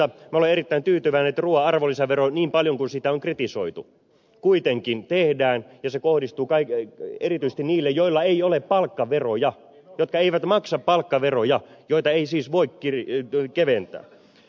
minä olen erittäin tyytyväinen että ruuan arvonlisäveron alennus niin paljon kuin sitä on kritisoitu kuitenkin tehdään ja se kohdistuu erityisesti niille joilla ei ole palkkaveroja jotka eivät maksa palkkaveroja joita ei siis voi keventää